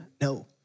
No